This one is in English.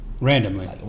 Randomly